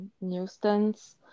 nuisance